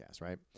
right